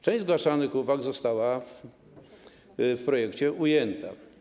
Część zgłaszanych uwag została w projekcie ujęta.